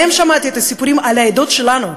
מהם שמעתי את הסיפורים על העדות שלנו,